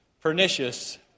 pernicious